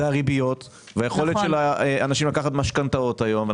זה הריביות והיכולת של אנשים לקחת משכנתאות היום.